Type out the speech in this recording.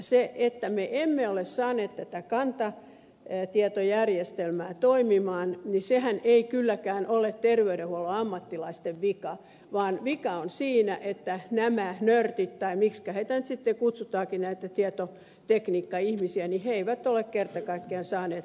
se että me emme ole saaneet tätä tietokantajärjestelmää toimimaan ei kylläkään ole terveydenhuollon ammattilaisten vika vaan vika on siinä että nämä nörtit tai miksikä heitä nyt sitten kutsutaankin näitä tietotekniikkaihmisiä eivät ole kerta kaikkiaan saaneet sitä toimimaan